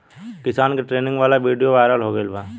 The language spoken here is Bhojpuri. किसान के ट्रेनिंग वाला विडीओ वायरल हो गईल बा